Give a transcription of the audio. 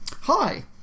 Hi